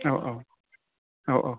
औ औ औ औ